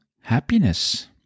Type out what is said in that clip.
happiness